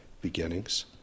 beginnings